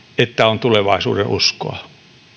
että on tulevaisuudenuskoa